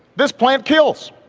this plant kills,